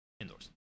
Indoors